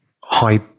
high